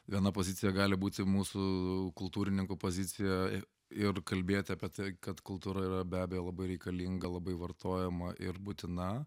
viena pozicija gali būti mūsų kultūrininkų pozicija ir kalbėti apie tai kad kultūra yra be abejo labai reikalinga labai vartojama ir būtina